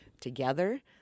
together